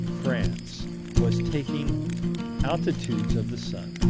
france, was taking altitudes of the sun,